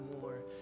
more